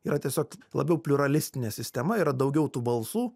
yra tiesiog labiau pliuralistinė sistema yra daugiau tų balsų